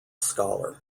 scholar